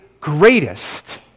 greatest